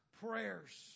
prayers